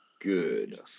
Good